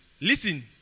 listen